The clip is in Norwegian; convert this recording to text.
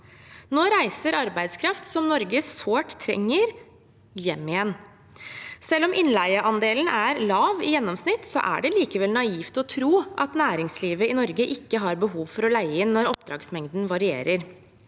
Nå reiser arbeidskraft som Norge sårt trenger, hjem igjen. Selv om innleieandelen er lav i gjennomsnitt, er det likevel naivt å tro at næringslivet i Norge ikke har behov for å leie inn når oppdragsmengden varierer.